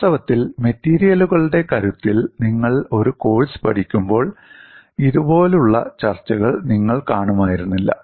വാസ്തവത്തിൽ മെറ്റീരിയലുകളുടെ കരുത്തിൽ നിങ്ങൾ ഒരു കോഴ്സ് പഠിക്കുമ്പോൾ ഇതുപോലുള്ള ചർച്ചകൾ നിങ്ങൾ കാണുമായിരുന്നില്ല